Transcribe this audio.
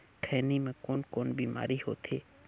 खैनी म कौन कौन बीमारी होथे?